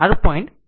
615 320